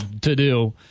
to-do